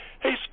Hey